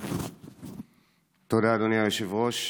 תודה, אדוני היושב-ראש,